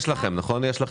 יש לכם אישור?